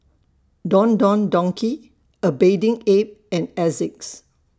Don Don Donki A Bathing Ape and Asics